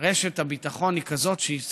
רשת הביטחון היא כזאת שהיא סבירה,